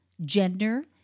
gender